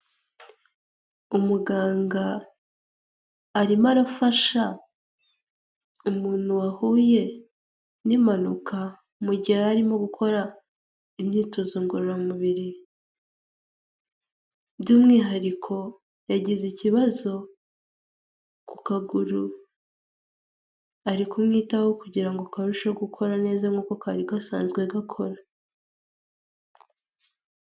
Umuganga arimo arafasha umuntu wahuye n’impanuka mu gihe yararimo gukora imyitozo ngororamubiri, by'umwihariko yagize ikibazo ku kaguru, ari kumwitaho kugira ngo karusheho gukora neza nk’uko kari gasanzwe gakora.